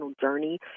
journey